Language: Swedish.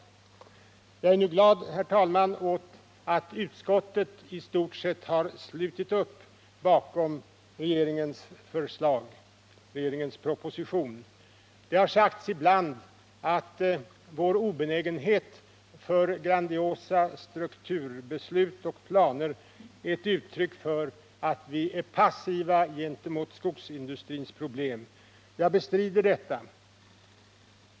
Jag är glad, herr talman, att utskottet i stort sett har slutit upp bakom regeringens proposition. Det har sagts ibland att vår obenägenhet för grandiosa strukturbeslut och planer är ett uttryck för att vi är passiva gentemot skogsindustrins problem. Jag bestrider detta.